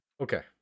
okay